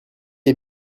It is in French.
est